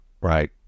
right